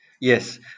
yes